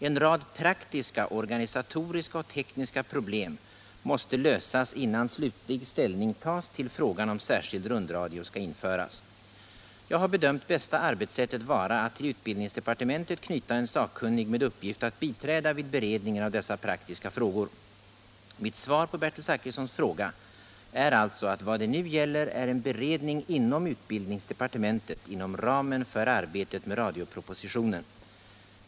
En rad praktiska, organisatoriska och tekniska problem måste lösas innan slutlig ställning tas till frågan om särskild rundradio skall införas. Jag har bedömt bästa arbetssättet vara att till utbildningsdepartementet knyta en sakkunnig med uppgift att biträda vid beredningen av dessa praktiska frågor. Mitt svar på Bertil Zachrissons fråga är alltså att vad det nu gäller är en beredning inom utbildningsdepartementet inom ramen för arbetet med radiopropositionen.